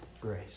grace